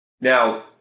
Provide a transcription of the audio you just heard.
Now